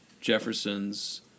Jefferson's